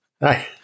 Hi